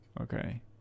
Okay